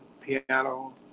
piano